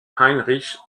heinrich